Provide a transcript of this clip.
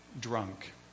drunk